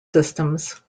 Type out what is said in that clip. systems